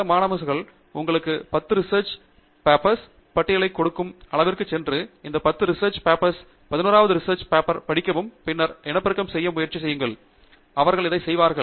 சில ஆலோசகர்கள் உங்களுக்கு 10 ரிசெர்ச் பபெர்ஸ்ன் பட்டியலைக் கொடுக்கும் அளவிற்கு சென்று இந்த 10 ரிசெர்ச் பபெர்ஸ் படித்து 11வது ரிசெர்ச் பபெர்ஸ் படிக்கவும் பின்னர் இனப்பெருக்கம் செய்ய முயற்சி செய்யுங்கள் அவர்கள் அதை செய்வார்கள்